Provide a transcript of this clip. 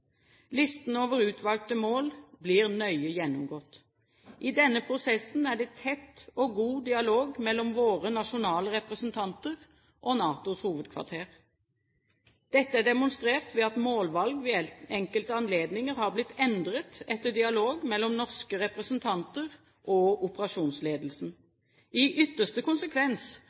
Listen over utvalgte mål blir nøye gjennomgått. I denne prosessen er det tett og god dialog mellom våre nasjonale representanter og NATOs hovedkvarter. Dette er demonstrert ved at målvalg ved enkelte anledninger har blitt endret etter dialog mellom norske representanter og operasjonsledelsen. I ytterste konsekvens